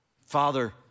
Father